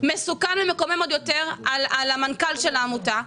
מסוכן ומקומם על המנכ"ל של העמותה.